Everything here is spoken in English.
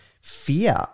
fear